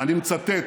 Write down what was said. אני מצטט: